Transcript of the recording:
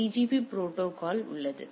PGP protocol உள்ளது